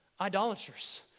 idolaters